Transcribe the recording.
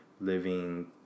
living